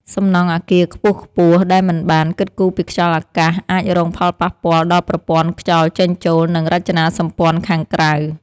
សំណង់អគារខ្ពស់ៗដែលមិនបានគិតគូរពីខ្យល់អាកាសអាចរងផលប៉ះពាល់ដល់ប្រព័ន្ធខ្យល់ចេញចូល និង រចនាសម្ព័ន្ធខាងក្រៅ។